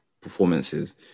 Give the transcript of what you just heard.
performances